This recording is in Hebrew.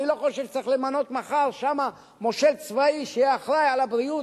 אני לא חושב שצריך למנות שם מחר מושל צבאי שיהיה אחראי לבריאות,